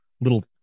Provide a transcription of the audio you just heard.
little